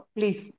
Please